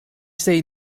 say